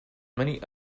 many